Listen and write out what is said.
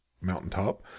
mountaintop